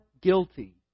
guilty